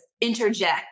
interject